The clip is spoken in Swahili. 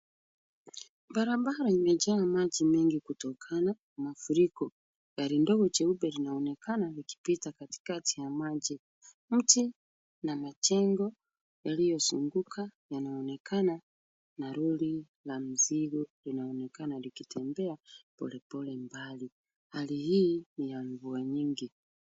Barabara imejaa maji mengi kutokana na mafuriko. Gari ndogo jeupe linaonekana likipita katikati ya maji mti na majengo iliozunguka yanaonekana na lori la mizigo linaonekana likitembea polepole mbali. Hali hii ni ya mvua nyingi.